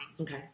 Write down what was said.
Okay